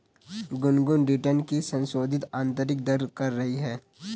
Gungun return की संशोधित आंतरिक दर कर रही है